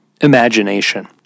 Imagination